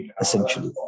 essentially